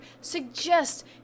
suggest